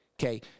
okay